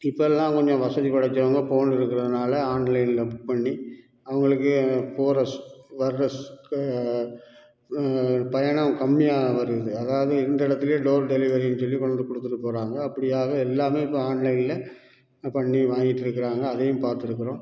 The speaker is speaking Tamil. இப்போல்லாம் கொஞ்சம் வசதி படைச்சவங்க ஃபோன் இருக்கிறதுனால ஆன்லைனில் புக் பண்ணி அவங்களுக்கு போகிற வர்ற பயணம் கம்மியாக வருது அதாவது இருந்த இடத்துலே டோர் டெலிவரின்னு சொல்லி கொண்டு வந்து கொடுத்துட்டு போகிறாங்க அப்படியாக எல்லாம் இப்போ ஆன்லைனில் பண்ணி வாங்கிட்டு இருக்கிறாங்க அதையும் பாத்துருக்கிறோம்